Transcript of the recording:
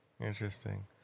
Interesting